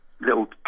little